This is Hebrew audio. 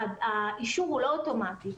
האישור הוא לא אוטומטי.